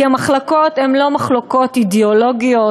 כי המחלוקות הן לא מחלוקות אידיאולוגיות,